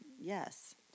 Yes